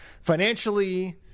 financially